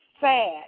sad